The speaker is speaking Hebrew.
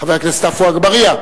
חבר הכנסת עפו אגבאריה,